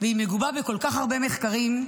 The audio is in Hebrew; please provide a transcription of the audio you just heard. והיא מגובה בכל כך הרבה מחקרים,